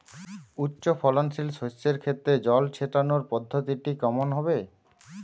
উচ্চফলনশীল শস্যের ক্ষেত্রে জল ছেটানোর পদ্ধতিটি কমন হবে?